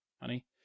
honey